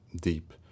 deep